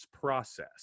process